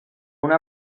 una